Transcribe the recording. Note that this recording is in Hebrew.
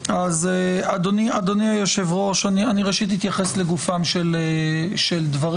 אדוני היושב-ראש, ראשית אתייחס לגופם של דברים.